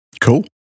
Cool